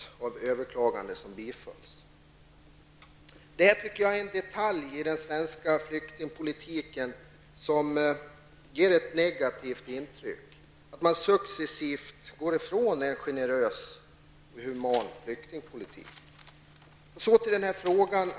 Detta är en detalj i den svenska flyktingpolitiken som ger ett negativt intryck, dvs. att man successivt går ifrån en generös och human flyktingpolitik.